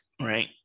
right